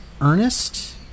Ernest